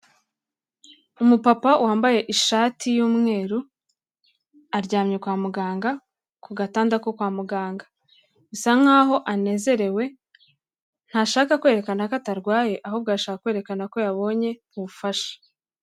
Umupapa wambaye ishati y'umweru, aryamye kwa muganga ku gatanda ko kwa muganga, bisa nkaho anezerewe ntashaka kwerekana ko atarwaye ahubwo arashaka kwerekana ko yabonye ubufasha.